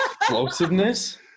Explosiveness